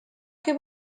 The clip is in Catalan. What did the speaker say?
què